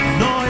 no